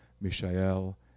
Mishael